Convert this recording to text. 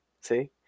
see